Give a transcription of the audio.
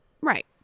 Right